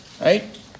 Right